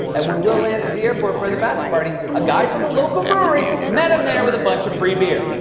and when will landed at the airport for the bachelor party, a guy from a local brewery met him there with a bunch of free beer.